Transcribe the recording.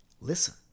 Listen